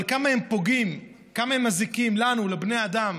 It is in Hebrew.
כמה הם פוגעים, כמה הם מזיקים לנו, לבני האדם,